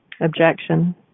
Objection